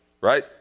right